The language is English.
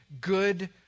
good